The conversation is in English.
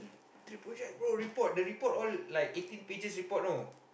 three project bro report the report all like eighteen pages report know